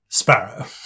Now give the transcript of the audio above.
sparrow